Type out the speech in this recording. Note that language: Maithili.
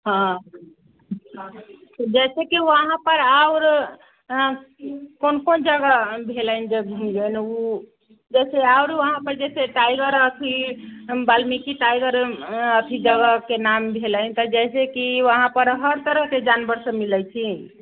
हँ तऽ जैसे कि वहाँपर आओर कोन कोन जगह भेलै जे घूमैले उ जैसे औरो वहाँपर जैसे टाइगर अथी वाल्मीकि टाइगर अथी जगहके नाम भेलै तऽ जैसे कि वहाँपर हर तरहके जानवर सभ मिलै छै